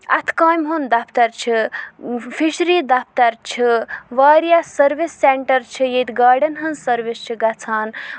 اَتھٕ کامہِ ہُند دفتر چھِ فِشری دَفتر چھِ واریاہ سٔروِس سینٹر چھِ ییٚتہِ گاڑین ہٕنز سٔروِس چھِ گژھان